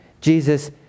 Jesus